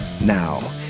Now